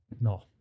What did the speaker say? no